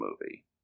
movie